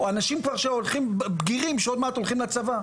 או אנשים בגירים שעוד מעט כבר הולכים לצבא.